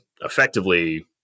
effectively